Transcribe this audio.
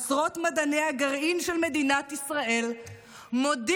עשרות מדעני הגרעין של מדינת ישראל מודים